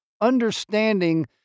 understanding